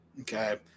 Okay